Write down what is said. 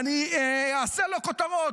"אני אעשה לו כותרות,